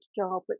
job